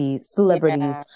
celebrities